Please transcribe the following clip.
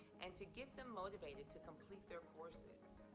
and to get them motivated to complete their courses.